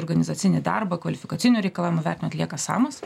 organizacinį darbą kvalifikacinių reikalavimų atlieka samas